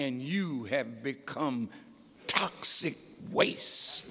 and you have become toxic waste